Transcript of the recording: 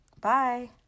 Bye